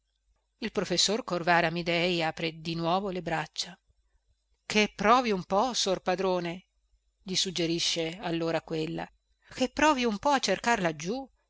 il professor corvara amidei apre di nuovo le braccia che provi un po sor padrone gli suggerisce allora quella che provi un po a cercarla giù